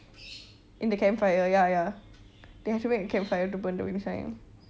in the campfire ya ya they had to make a campfire to burn the wind chime